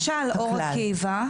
למשל אור עקיבא,